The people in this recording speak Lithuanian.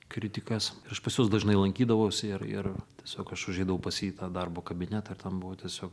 kritikas ir aš pas juos dažnai lankydavausi ir ir tiesiog aš užeidavau pas jį į tą darbo kabinetą ir ten buvo tiesiog